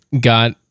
got